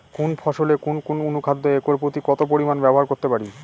কোন ফসলে কোন কোন অনুখাদ্য একর প্রতি কত পরিমান ব্যবহার করতে পারি?